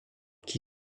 qui